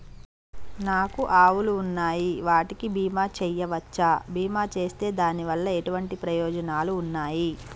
నాకు ఆవులు ఉన్నాయి వాటికి బీమా చెయ్యవచ్చా? బీమా చేస్తే దాని వల్ల ఎటువంటి ప్రయోజనాలు ఉన్నాయి?